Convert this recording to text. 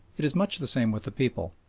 it is much the same with the people.